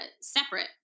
separate